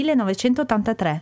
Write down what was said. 1983